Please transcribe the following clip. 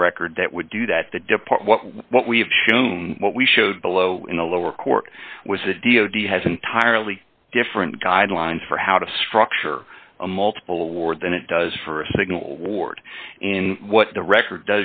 in the record that would do that to depart what what we have shown what we showed below in the lower court was the d o d has entirely different guidelines for how to structure a multiple award than it does for a signal ward in what the record